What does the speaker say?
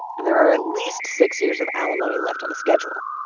and there are at least six years of alimony left on the schedule.